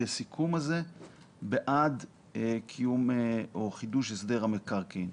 הסיכום הזה בעד קיום או חידוש הסדר המקרקעין.